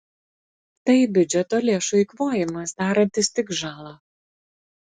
tai biudžeto lėšų eikvojimas darantis tik žalą